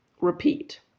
repeat